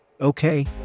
Okay